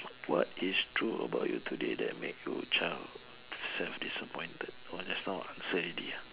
what is true about you today that make your child self disappointed that one just now answer already ah